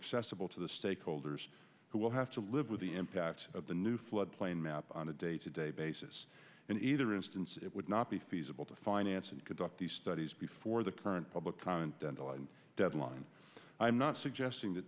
accessible to the stakeholders who will have to live with the impact of the new floodplain map on a day to day basis in either instance it would not be feasible to finance and conduct these studies before the current public comment dental and deadline i'm not suggesting th